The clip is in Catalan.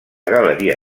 galeria